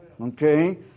Okay